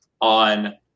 on